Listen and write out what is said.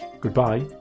goodbye